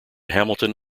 hamilton